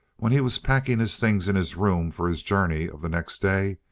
when he was packing his things in his room for his journey of the next day,